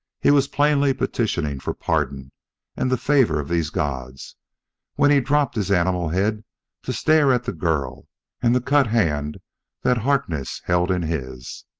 he was plainly petitioning for pardon and the favor of these gods when he dropped his animal head to stare at the girl and the cut hand that harkness held in his.